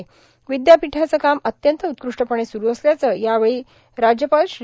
र्गवद्यापीठाचे काम अत्यंत उत्कृष्टपणे सुरू असल्याचं राज्यपाल श्री